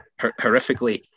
horrifically